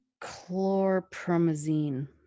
chlorpromazine